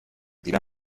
dira